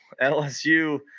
LSU